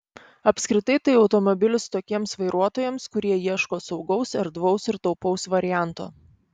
apskritai tai automobilis tokiems vairuotojams kurie ieško saugaus erdvaus ir taupaus varianto